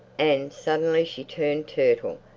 and suddenly she turned turtle,